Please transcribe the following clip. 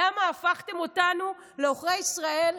למה הפכתם אותנו לעוכרי ישראל,